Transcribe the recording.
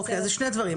אוקיי זה שני דברים,